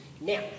Now